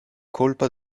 colpa